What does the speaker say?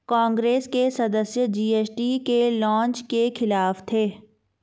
कांग्रेस के सदस्य जी.एस.टी के लॉन्च के खिलाफ थे